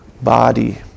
body